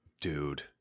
Dude